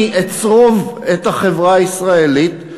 אני אצרוב את החברה הישראלית,